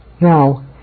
Now